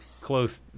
close